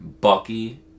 Bucky